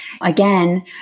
again